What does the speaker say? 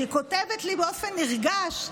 והיא כותבת לי באופן נרגש: